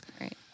Right